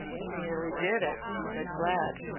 e nearly did it, said glad.